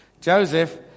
Joseph